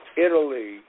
Italy